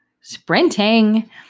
Sprinting